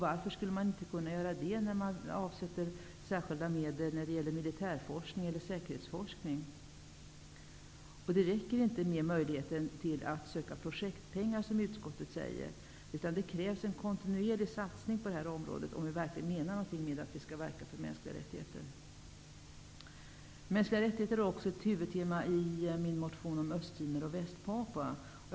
Varför skulle man inte kunna göra det när man kan avsätta särskilda medel för militär forskning eller säkerhetsforskning? Det räcker inte med, som utskottet hävdar, möjligheten att söka projektpengar. Det krävs en kontinuerlig satsning på området om vi verkligen menar något med att vi skall verka för mänskliga rättigheter. Mänskliga rättigheter är också huvudtemat i min motion om Östtimor och Västpapua.